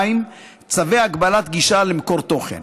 2. צווי הגבלת גישה למקור תוכן,